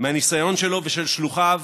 מהניסיון שלו ושל שלוחיו